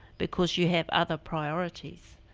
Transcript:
because you have other priorities.